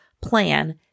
plan